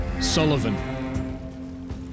Sullivan